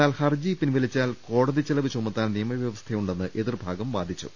എന്നാൽ ഹർജി പിൻവലി ച്ചാൽ കോടതിച്ചെലവ് ചുമത്താൻ നിയമ വ്യവസ്ഥയുണ്ടെന്ന് എതിർഭാഗം വാദിച്ചു